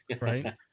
right